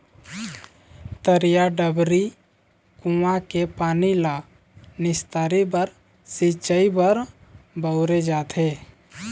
तरिया, डबरी, कुँआ के पानी ल निस्तारी बर, सिंचई बर बउरे जाथे